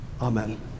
Amen